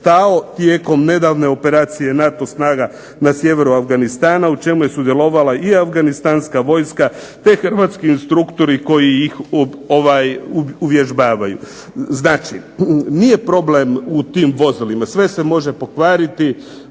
tijekom nedavne operacije NATO snaga na sjeveru Afganistana u čemu je sudjelovala i afganistanska vojska te hrvatski instruktori koji ih uvježbavaju. Znači nije problem u tim vozilima, sve se može pokvariti.